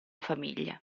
famiglia